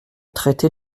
traiter